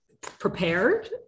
prepared